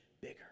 bigger